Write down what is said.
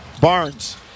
Barnes